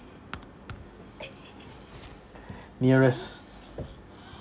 nearest